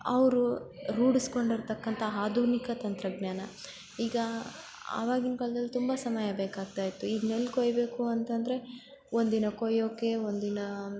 ಅವರು ರೂಢಿಸ್ಕೊಂಡು ಇರತಕ್ಕಂಥ ಆಧುನಿಕ ತಂತ್ರಜ್ಞಾನ ಈಗ ಆವಾಗಿನ ಕಾಲ್ದಲ್ಲಿ ತುಂಬ ಸಮಯ ಬೇಕಾಗ್ತಾಯಿತ್ತು ಈಗ ನೆಲ್ಲು ಕೊಯ್ಬೇಕು ಅಂತ ಅಂದರೆ ಒಂದಿನ ಕೊಯ್ಯೋಕ್ಕೆ ಒಂದಿನ